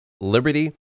liberty